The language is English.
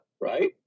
right